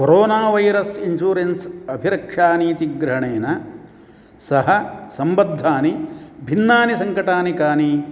corona virus insurance अभिरक्षानीतिग्रहणेन सह सम्बद्धानि भिन्नानि सङ्कटानि कानि